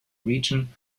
region